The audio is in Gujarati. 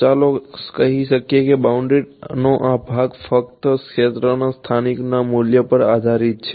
ચાલો કહી શકીએ કે બાઉન્ડ્રી નો આ ભાગ ફક્ત ક્ષેત્રના સ્થાનિક મૂલ્યો પર આધારિત છે